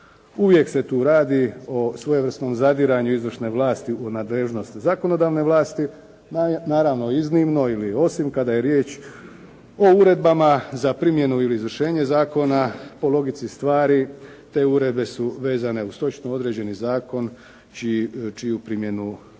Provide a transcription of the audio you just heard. Uvijek se tu radi o svojevrsnom zadiranju izvršne vlasti u nadležnost zakonodavne vlasti, naravno iznimno ili osim kada je riječ o uredbama za primjenu ili izvršenje zakona po logici stvari, te uredbe su vezane uz točno određeni zakon čiju primjenu u praksi